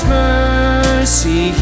mercy